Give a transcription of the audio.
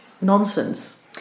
nonsense